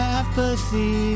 apathy